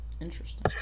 Interesting